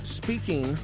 speaking